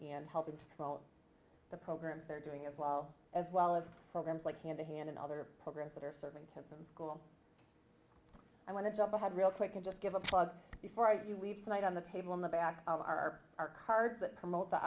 and helping to promote the programs they're doing as well as well as programs like hand to hand and other programs that are serving come from school i want to jump ahead real quick and just give a plug before you leave tonight on the table in the back of our our cart that promote th